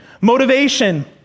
motivation